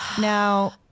Now